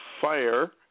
fire